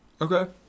Okay